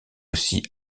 aussi